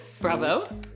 bravo